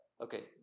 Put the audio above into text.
okay